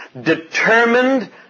determined